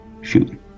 Shoot